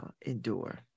endure